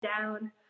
down